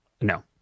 No